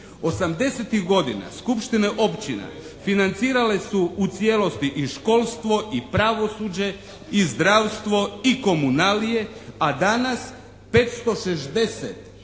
godina skupštine općina financirale su u cijelosti i školstvo i pravosuđe i zdravstvo i komunalije, a danas 560 cirka